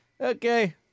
Okay